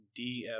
DF